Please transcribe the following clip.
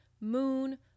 moon